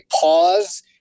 pause